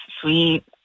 sweet